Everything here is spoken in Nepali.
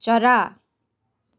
चरा